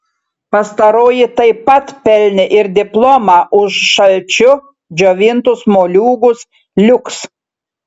pastaroji taip pat pelnė ir diplomą už šalčiu džiovintus moliūgus liuks